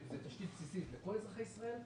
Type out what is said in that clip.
זאת תשתית בסיסית לכל אזרחי ישראל,